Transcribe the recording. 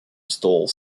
stole